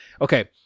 okay